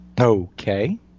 Okay